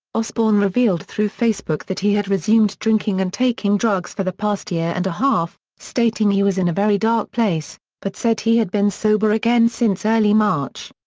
osbourne revealed through facebook that he had resumed drinking and taking drugs for the past year and a half, stating he was in a very dark place but said he had been sober again since early march.